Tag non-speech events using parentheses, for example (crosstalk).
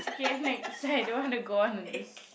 okay next (laughs) I don't want to go on on this